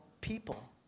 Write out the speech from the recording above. people